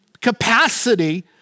capacity